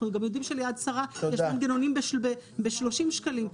אנחנו גם יודעים של'יד שרה' יש מנגנונים ב-30 שקלים.